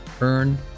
Earn